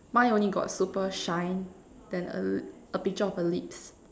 mine only got super shine then err a picture of a lips